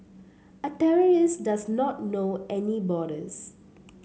a terrorist does not know any borders